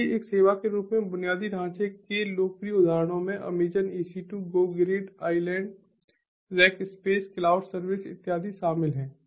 इसलिए एक सेवा के रूप में बुनियादी ढांचे के लोकप्रिय उदाहरणों में Amazon EC2 GoGrid iland Rackspace Cloud Servers इत्यादि शामिल हैं